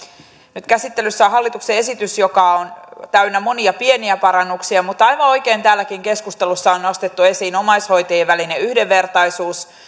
nyt käsittelyssä on hallituksen esitys joka on täynnä monia pieniä parannuksia mutta aivan oikein täälläkin keskustelussa on nostettu esiin omaishoitajien välinen yhdenvertaisuus